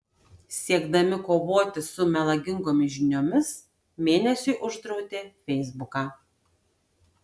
siekdami kovoti su melagingomis žiniomis mėnesiui uždraudė feisbuką